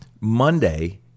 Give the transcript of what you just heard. Monday